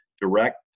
direct